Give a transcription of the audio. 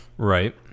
Right